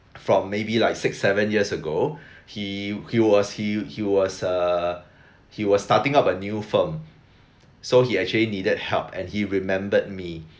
from maybe like six seven years ago he he was he he was uh he was starting up a new firm so he actually needed help and he remembered me